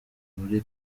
muri